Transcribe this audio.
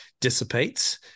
dissipates